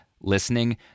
listening